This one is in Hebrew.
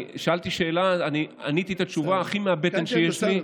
שאלת שאלה, עניתי את התשובה הכי מהבטן שיש לי.